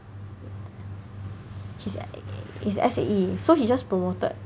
he's a he's a S_A_E so he just promoted